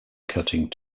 cutting